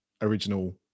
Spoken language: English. original